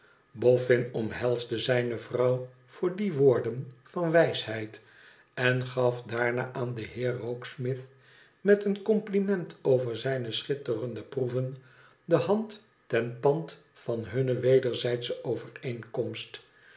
bofn omhelsde zijne vrouw voor die woorden van wijsheid en gaf daarna aan den heer rokesmith met een compliment over zijne schitterende proeven de hand ten pand van hunne wederzijdsche overeenkomst